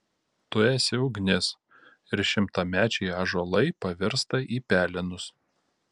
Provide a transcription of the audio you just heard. tu esi ugnis ir šimtamečiai ąžuolai pavirsta į pelenus